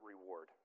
reward